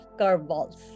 curveballs